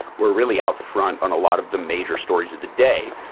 were really out front on a lot of the major stories of the day.